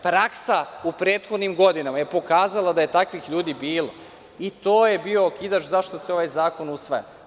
Praksa u prethodnim godinama je pokazala da je takvih ljudi bilo i to je bio okidač zašto se ovaj zakon usvaja.